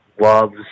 loves